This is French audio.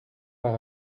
par